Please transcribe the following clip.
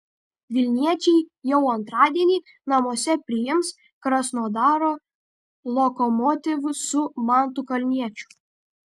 vilniečiai jau antradienį namuose priims krasnodaro lokomotiv su mantu kalniečiu